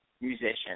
musician